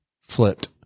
flipped